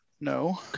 No